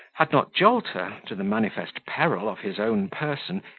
had not jolter, to the manifest peril of his own person,